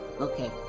Okay